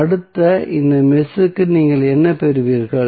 அடுத்த இந்த மெஷ்க்கு நீங்கள் என்ன பெறுவீர்கள்